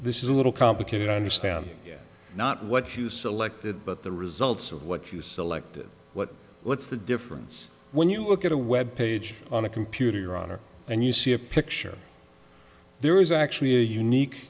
this is a little complicated understand not what you selected but the results of what you selected what what's the difference when you look at a web page on a computer your honor and you see a picture there is actually a unique